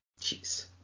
Jeez